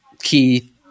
key